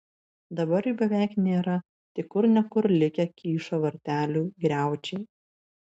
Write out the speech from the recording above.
dabar jų beveik nėra tik kur ne kur likę kyšo vartelių griaučiai